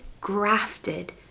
grafted